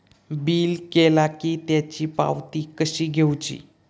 Bill केला की त्याची पावती कशी घेऊची?